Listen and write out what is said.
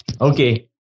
okay